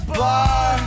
bar